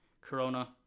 Corona